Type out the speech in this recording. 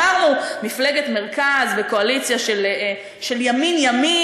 אמרנו: מפלגת מרכז וקואליציה של ימין-ימין,